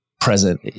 present